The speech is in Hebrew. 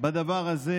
הגונים בדבר הזה.